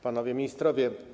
Panowie Ministrowie!